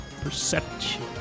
Perception